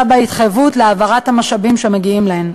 בהתחייבות להעברת המשאבים שמגיעים להן.